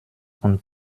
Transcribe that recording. und